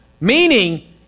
Meaning